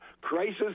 crisis